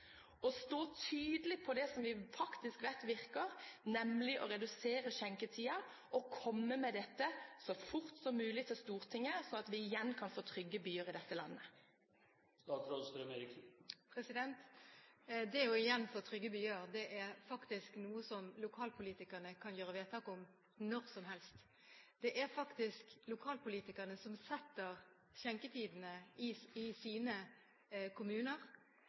stå tydelig på det som vi faktisk vet virker, nemlig å redusere skjenketiden, og komme med dette så fort som mulig til Stortinget, sånn at vi igjen kan få trygge byer i dette landet? Det igjen å få trygge byer er faktisk noe som lokalpolitikerne kan gjøre vedtak om når som helst. Det er faktisk lokalpolitikerne som setter – bestemmer – skjenketidene i sine kommuner,